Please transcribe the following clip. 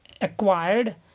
acquired